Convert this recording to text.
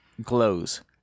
glows